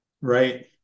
right